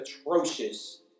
atrocious